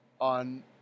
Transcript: on